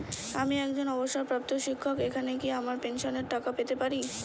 আমি একজন অবসরপ্রাপ্ত শিক্ষক এখানে কি আমার পেনশনের টাকা পেতে পারি?